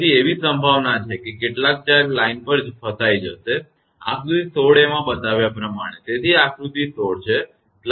તેથી એવી સંભાવના છે કે કેટલાક ચાર્જ લાઇન પર ફસાઈ જશે આકૃતિ 16 a માં બતાવ્યા પ્રમાણે તેથી આ આકૃતિ 16 છે